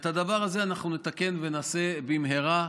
את הדבר הזה אנחנו נתקן ונעשה במהרה,